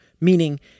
meaning